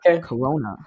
Corona